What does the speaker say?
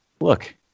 look